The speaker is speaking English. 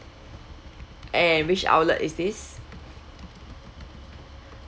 and which outlet is this